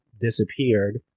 disappeared